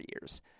years